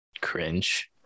Cringe